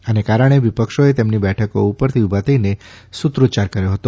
આને કારણે વિપક્ષોએ તેમની બેઠકો ઉપરથી ઉભા થઇને સૂત્રોચ્યાર કર્યો હતો